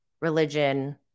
religion